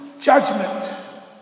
judgment